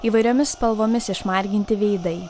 įvairiomis spalvomis išmarginti veidai